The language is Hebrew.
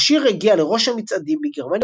השיר הגיע לראש המצעדים בגרמניה